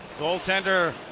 Goaltender